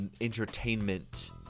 entertainment